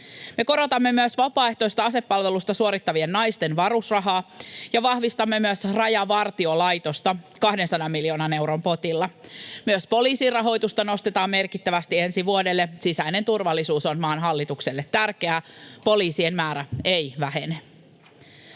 korotamme myös vapaaehtoista asepalvelusta suorittavien naisten varusrahaa ja vahvistamme myös Rajavartiolaitosta 200 miljoonan euron potilla. Myös poliisin rahoitusta nostetaan merkittävästi ensi vuodelle. Sisäinen turvallisuus on maan hallitukselle tärkeää: poliisien määrä ei vähene.